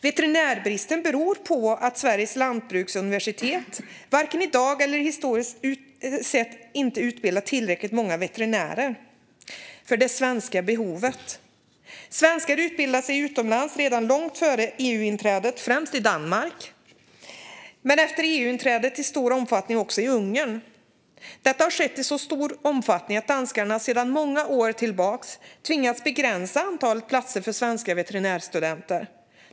Veterinärbristen beror på att Sveriges lantbruksuniversitet inte utbildar tillräckligt många veterinärer, varken i dag eller historiskt sett, för det svenska behovet. Svenskar utbildade sig utomlands redan långt före EU-inträdet, främst i Danmark. Men efter EU-inträdet utbildar sig svenskar också i stor utsträckning i Ungern. Detta har skett i så stor omfattning att danskarna sedan många år tillbaka tvingats begränsa antalet platser för svenska veterinärstudenter.